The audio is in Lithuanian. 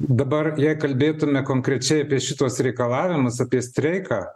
dabar jei kalbėtume konkrečiai apie šituos reikalavimus apie streiką